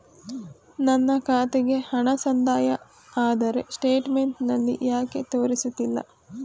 ನನ್ನ ಖಾತೆಗೆ ಹಣ ಸಂದಾಯ ಆದರೆ ಸ್ಟೇಟ್ಮೆಂಟ್ ನಲ್ಲಿ ಯಾಕೆ ತೋರಿಸುತ್ತಿಲ್ಲ?